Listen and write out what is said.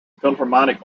philharmonic